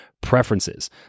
preferences